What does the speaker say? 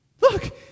look